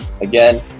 again